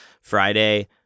Friday